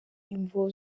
imvo